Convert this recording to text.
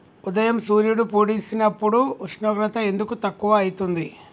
ఉదయం సూర్యుడు పొడిసినప్పుడు ఉష్ణోగ్రత ఎందుకు తక్కువ ఐతుంది?